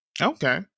Okay